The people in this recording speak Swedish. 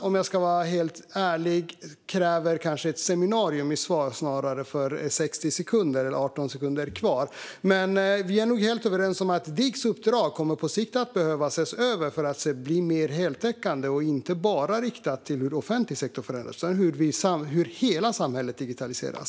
Om jag ska vara helt ärlig krävs det kanske ett seminarium för att besvara frågan snarare än 60 sekunder, varav jag har 18 sekunder kvar, men vi är nog helt överens om att Diggs uppdrag på sikt kommer att behöva ses över för att bli mer heltäckande. Det ska inte heller bara riktas till offentlig sektor utan handla om hur hela samhället kan digitaliseras.